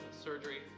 surgery